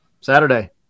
Saturday